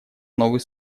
новый